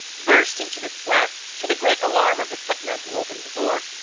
burst into the flat, to the great alarm of the footman who opened the door,